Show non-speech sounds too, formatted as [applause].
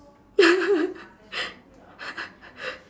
[laughs]